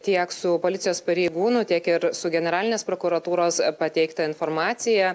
tiek su policijos pareigūnų tiek ir su generalinės prokuratūros pateikta informacija